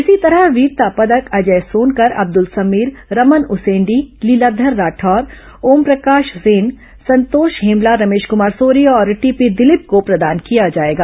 इसी तरह वीरता पदक अजय सोनकर अब्दुल समीर रमन उसेंडी लीलाधर राठौर ओमप्रकाश सेन संतोष हेमला रमेश कुमार सोरी और टीपी दिलीप को प्रदान किया जाएगा